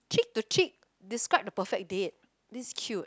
chick to chick describe the perfect date this keyword